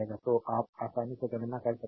तो आप आसानी से गणना कर सकते हैं